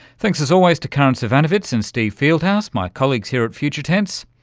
thanks as always to karin so zsivanovits and steve fieldhouse, my colleagues here at future tense.